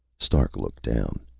stark looked down.